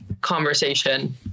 conversation